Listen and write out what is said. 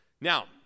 Now